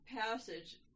passage